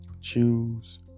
choose